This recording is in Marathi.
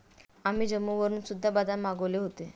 आम्ही जम्मूवरून सुद्धा बदाम मागवले होते